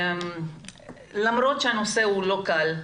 למרות שהנושא לא קל,